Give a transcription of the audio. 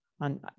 on